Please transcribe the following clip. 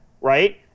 right